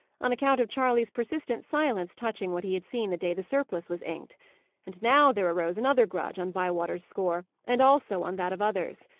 on account of charley's persistent silence touching what he had seen the day the surplice was inked and now there arose another grudge on bywater's score, and also on that of others.